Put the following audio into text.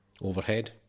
overhead